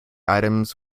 items